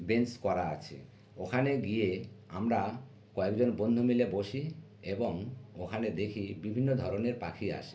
bench করা আছে ওখানে গিয়ে আমরা কয়েকজন বন্ধু মিলে বসি এবং ওখানে দেখি বিভিন্ন ধরনের পাখি আসে